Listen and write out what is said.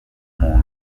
muntu